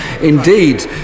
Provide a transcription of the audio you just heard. Indeed